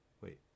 wait